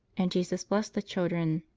and jesus blessed the children.